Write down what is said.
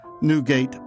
Newgate